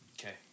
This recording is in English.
Okay